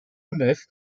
nef